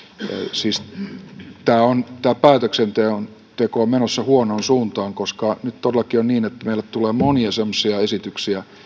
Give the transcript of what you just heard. siis tämä päätöksenteko on menossa huonoon suuntaan koska nyt todellakin on niin että meille tulee monia semmoisia esityksiä